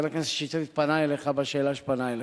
הכנסת שטרית פנה אליך בשאלה שהוא פנה אליך,